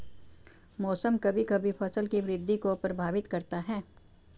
मौसम कभी कभी फसल की वृद्धि को प्रभावित करता है